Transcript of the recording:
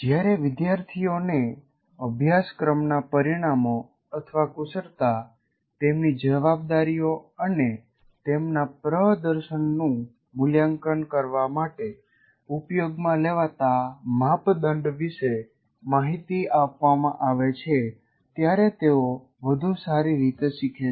જ્યારે વિદ્યાર્થીઓને અભ્યાસક્રમના પરિણામોકુશળતા તેમની જવાબદારીઓ અને તેમના પ્રદર્શનનું મૂલ્યાંકન કરવા માટે ઉપયોગમાં લેવાતા માપદંડ વિશે માહિતી આપવામાં આવે છે ત્યારે તેઓ વધુ સારી રીતે શીખે છે